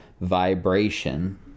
vibration